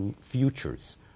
futures